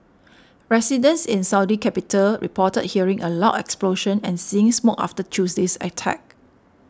residents in Saudi capital reported hearing a loud explosion and seeing smoke after Tuesday's attack